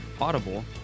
Audible